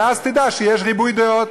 אז תדע שיש ריבוי דעות.